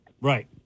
Right